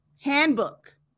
handbook